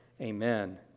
Amen